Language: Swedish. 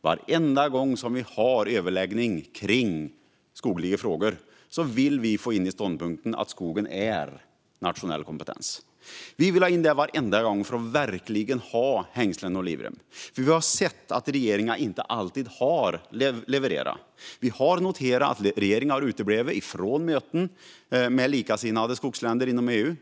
Varenda gång vi har överläggning om skogsfrågor vill vi få in ståndpunkten att skogen är nationell kompetens. Vi vill ha in det varenda gång, för att verkligen ha hängslen och livrem. Vi har nämligen sett att regeringen inte alltid har levererat. Vi har noterat att regeringen har uteblivit från möten med likasinnade skogsländer inom EU.